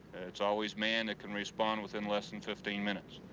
it's always manned it can respond within less than fifteen minutes.